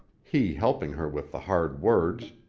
he helping her with the hard words